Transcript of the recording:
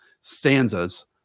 stanzas